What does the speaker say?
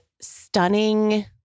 stunning